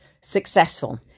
successful